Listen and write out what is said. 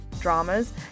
dramas